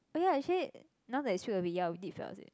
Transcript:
oh ya actually now that it's ya we did fell asleep